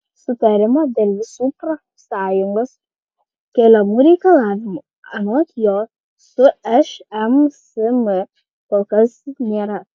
sutarimo dėl visų profsąjungos keliamų reikalavimų anot jo su šmsm kol kas nėra